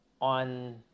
on